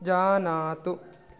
जानातु